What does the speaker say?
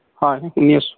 হয় শুনি আছো